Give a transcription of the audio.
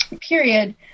period